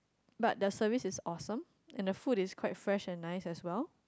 but the service is awesome and the food is quite fresh and nice as well